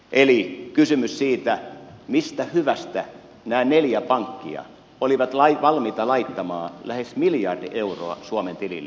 eli on kysymys siitä mistä hyvästä nämä neljä pankkia olivat valmiita laittamaan lähes miljardi euroa suomen tilille